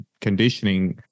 conditioning